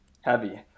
heavy